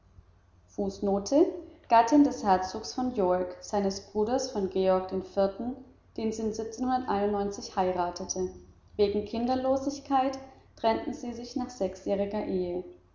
des herzogs von york eines bruders von georg iv den nur ein ales heirateten wegen kinderlosigkeit trennten sie sich nach sechsjähriger ehe